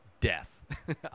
death